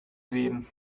sehen